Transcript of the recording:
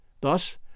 Thus